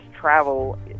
travel